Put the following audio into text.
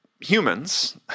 humans